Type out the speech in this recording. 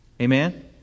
Amen